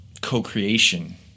co-creation